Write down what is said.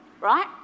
right